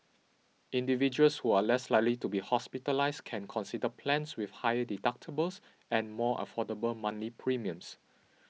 individuals who are less likely to be hospitalised can consider plans with higher deductibles than more affordable monthly premiums